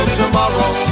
tomorrow